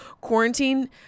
quarantine